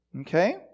Okay